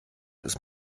ist